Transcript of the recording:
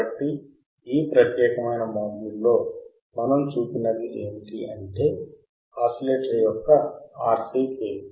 కాబట్టి ఈ ప్రత్యేకమైన మాడ్యూల్లో మనం చూసినది ఏమిటంటే ఆసిలేటర్ యొక్క RC ఫేజ్